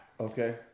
Okay